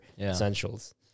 essentials